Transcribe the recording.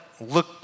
look